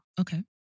Okay